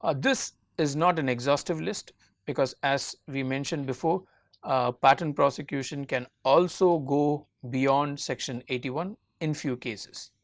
ah this is not an exhaustive list because as we mentioned before patent prosecution can also go beyond section eighty one in few cases.